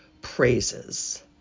praises